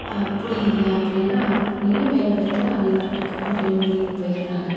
புரியலை அப்படின்னு அங்கே போய் மேல் இடத்துல அவிக பாட்டுக்கு கம்ப்ளைண்ட் பண்ணிவிட்டு போயிடறாங்க